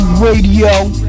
Radio